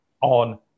on